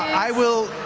i will,